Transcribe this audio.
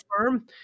firm